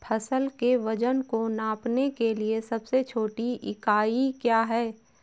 फसल के वजन को नापने के लिए सबसे छोटी इकाई क्या है?